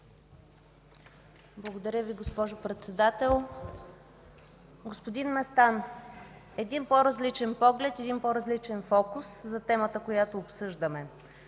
Благодаря Ви, госпожо Председател. Господин Местан, един по-различен поглед, по-различен фокус върху темата, която обсъждаме.